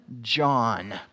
John